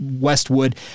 Westwood